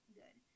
good